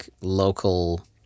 local